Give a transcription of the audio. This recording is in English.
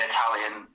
Italian